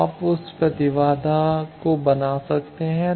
तो आप उस प्रतिबाधा बना सकते हैं